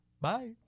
bye